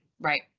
Right